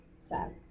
sad